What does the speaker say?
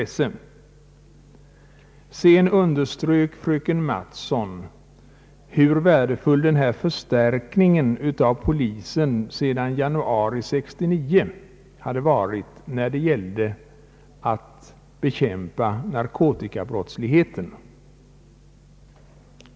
Fröken Mattson underströk hur värdefull den förstärkning av polisen som skett sedan januari 1969 har varit när det gällt att bekämpa narkotikabrottsligheten.